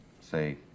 say